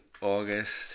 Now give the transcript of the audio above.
August